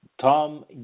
Tom